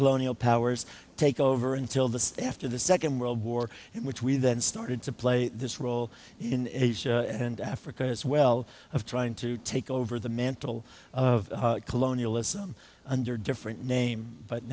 colonial powers take over until the after the second world war in which we then started to play this role in asia and africa as well of trying to take over the mantle of colonialism under a different name but